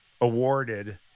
awarded